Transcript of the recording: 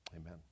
Amen